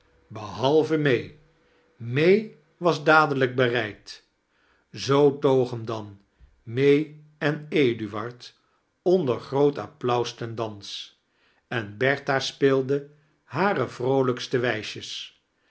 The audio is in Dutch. may may was dadelijk bereid zoo togen dan may en eduard onder groot applaus ten dans en bertha speelde hare vroolijkste wijsjes